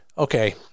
Okay